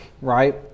right